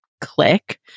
click